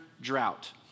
drought